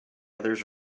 others